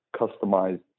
customized